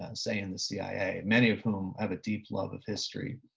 and say in the cia, many of whom have a deep love of history